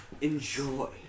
Enjoy